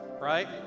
right